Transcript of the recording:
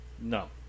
No